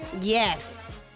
Yes